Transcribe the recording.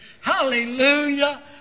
Hallelujah